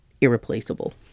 irreplaceable